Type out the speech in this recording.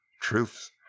truths